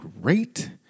great